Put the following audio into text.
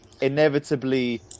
inevitably